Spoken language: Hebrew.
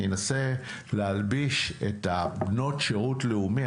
אני אנסה להלביש את בנות השירות הלאומי,